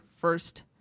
first